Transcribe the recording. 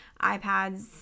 iPads